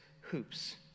hoops